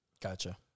Gotcha